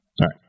right